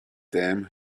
dam